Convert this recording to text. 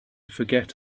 forget